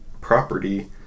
property